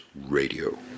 Radio